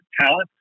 talent